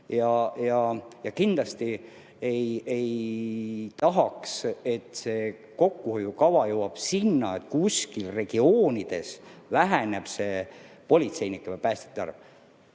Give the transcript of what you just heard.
Kindlasti ei tahaks, et see kokkuhoiukava jõuaks sinnani, et kuskil regioonides väheneb politseinike või päästjate arv.